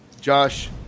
Josh